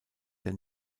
der